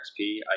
XP